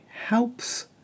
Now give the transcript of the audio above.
helps